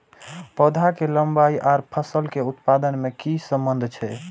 पौधा के लंबाई आर फसल के उत्पादन में कि सम्बन्ध छे?